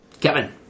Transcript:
Kevin